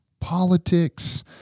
politics